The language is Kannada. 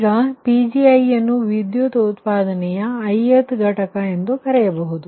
ಈಗ ಈ Pgi ಯನ್ನು ವಿದ್ಯುತ್ ಉತ್ಪಾದನೆಯ ith ಘಟಕ ಎಂದು ಕರೆಯಬಹುದು